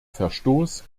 verstoß